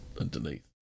underneath